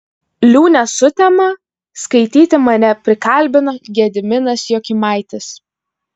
liūnę sutemą skaityti mane prikalbino gediminas jokimaitis